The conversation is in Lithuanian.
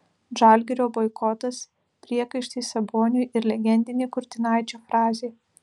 žalgirio boikotas priekaištai saboniui ir legendinė kurtinaičio frazė